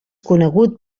conegut